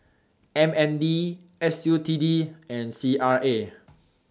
MND SUTD and CRA